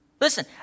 Listen